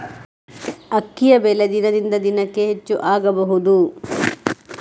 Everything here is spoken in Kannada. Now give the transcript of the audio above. ಅಕ್ಕಿಯ ಬೆಲೆ ದಿನದಿಂದ ದಿನಕೆ ಹೆಚ್ಚು ಆಗಬಹುದು?